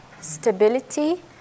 stability